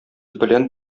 белән